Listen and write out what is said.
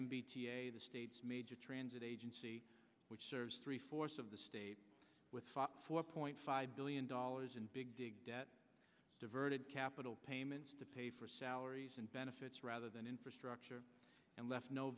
to the state's major transit agency which serves three fourths of the state with fox four point five billion dollars in big debt diverted capital payments to pay for salaries and benefits rather than infrastructure and left no